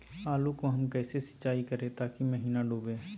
आलू को हम कैसे सिंचाई करे ताकी महिना डूबे?